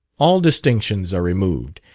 all distinctions are removed,